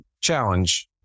Challenge